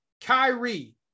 Kyrie